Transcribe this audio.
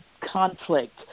conflict